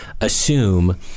assume